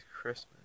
Christmas